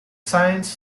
science